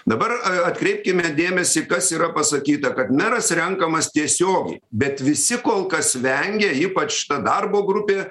dabar atkreipkime dėmesį kas yra pasakyta kad meras renkamas tiesiogiai bet visi kol kas vengia ypač ta darbo grupė